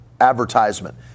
advertisement